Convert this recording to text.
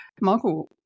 Michael